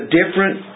different